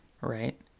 right